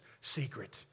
secret